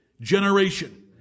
generation